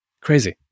Crazy